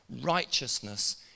Righteousness